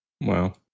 Wow